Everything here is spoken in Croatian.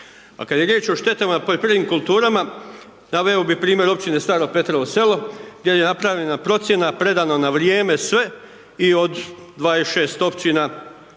kad je riječ o štetama u poljoprivrednim kulturama, naveo bi primjer općine Staro Petrovo Selo, gdje je napravljena procjena, predano na vrijeme sve i od 26 općina